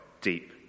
deep